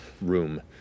room